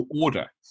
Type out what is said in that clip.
order